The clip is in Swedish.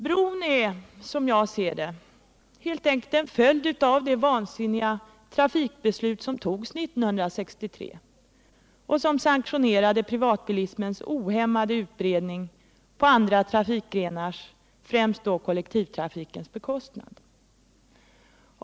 Bron är, som jag ser det, helt enkelt en följd av det vansinniga trafikbeslut som togs 1963 och som sanktionerade privatbilismens ohämmade utbredning på andra trafikgrenars, främst då kollektivtrafikens, bekostnad.